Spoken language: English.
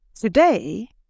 Today